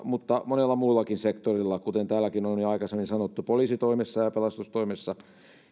mutta monella muullakin sektorilla kuten täälläkin on aikaisemmin sanottu poliisitoimessa ja pelastustoimessa